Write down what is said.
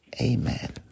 Amen